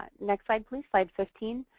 next slide, please, slide fifteen.